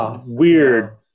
weird